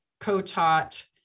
co-taught